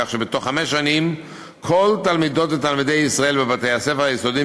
כך שבתוך חמש שנים כל תלמידות ותלמידי ישראל בבתי-הספר היסודיים,